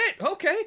okay